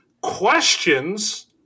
questions